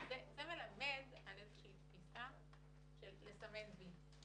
זה מלמד על איזו שהיא תפישה של לסמן "וי",